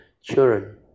children